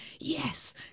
yes